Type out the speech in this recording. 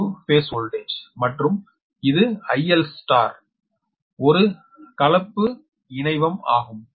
Vphase phase voltage மற்றும் இது ILஒரு கலப்பு இணைவம் ஆகும்